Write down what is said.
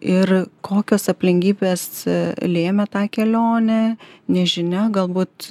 ir kokios aplinkybės lėmė tą kelionę nežinia galbūt